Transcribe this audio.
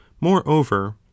moreover